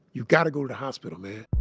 you've got to go to the hospital, man.